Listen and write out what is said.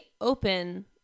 open